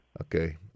Okay